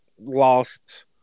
Lost